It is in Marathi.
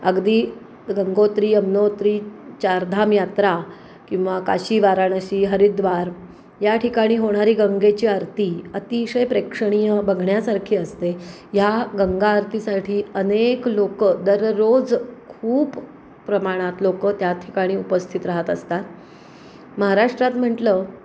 अगदी गंगोत्री अमनोत्री चारधाम यात्रा किंवा काशी वाराणसी हरिद्वार या ठिकाणी होणारी गंगेची आरती अतिशय प्रेक्षणीय बघण्यासारखी असते ह्या गंगा आरतीसाठी अनेक लोकं दररोज खूप प्रमाणात लोकं त्या ठिकाणी उपस्थित राहत असतात महाराष्ट्रात म्हटलं